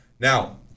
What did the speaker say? Now